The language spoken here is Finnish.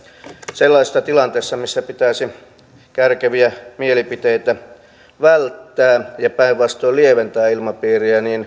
sellaisessa tilanteessa missä pitäisi kärkeviä mielipiteitä välttää ja päinvastoin lieventää ilmapiiriä